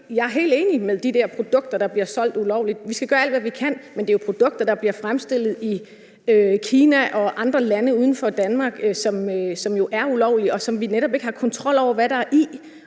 jeg er helt enig i det med de produkter der bliver solgt ulovligt. Vi skal gøre alt, hvad vi kan, men det er jo produkter, der bliver fremstillet i Kina og andre lande uden for Danmark. Det er produkter, som jo er ulovlige, og som vi netop ikke har kontrol over hvad der er i,